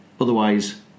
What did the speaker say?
otherwise